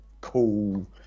cool